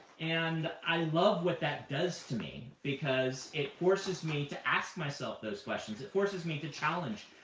and i love what that does to me, because it forces me to ask myself those questions. it forces me to challenge